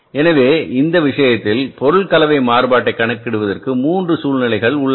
எனவே இந்த விஷயத்தில் பொருள் கலவை மாறுபாட்டைக் கணக்கிடுவதற்கு 3 சூழ்நிலைகள் உள்ளன